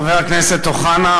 חבר הכנסת אוחנה,